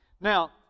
Now